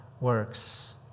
works